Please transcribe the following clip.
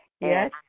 Yes